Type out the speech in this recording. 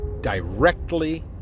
directly